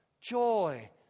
joy